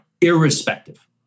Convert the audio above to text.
irrespective